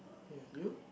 ya you